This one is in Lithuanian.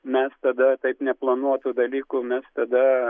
mes tada taip neplanuotų dalykų mes tada